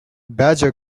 badger